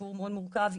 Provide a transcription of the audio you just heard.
סיפור מאוד מורכב,